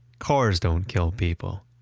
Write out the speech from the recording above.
cars don't kill people,